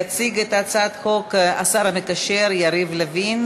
התשע"ו 2015. יציג את הצעת החוק השר המקשר יריב לוין.